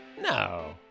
No